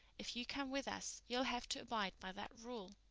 if you come with us you'll have to abide by that rule.